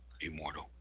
Immortal